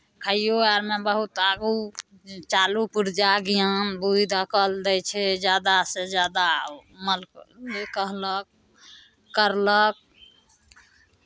खाइओ आरमे बहुत आगू चालू पुर्जा ज्ञान बुद्धि अकल दै छै जादासँ जादा मनके कहलक करलक